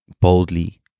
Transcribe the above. boldly